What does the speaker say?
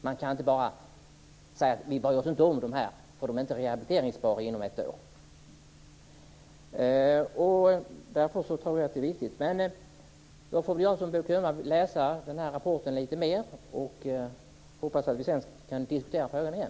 Man kan inte bara säga att man inte ska bry sig om de här personerna eftersom de inte är rehabiliteringsbara inom ett år. Jag får liksom Bo Könberg läsa den här rapporten lite mer ingående, och sedan får vi kanske diskutera frågan igen.